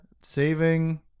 saving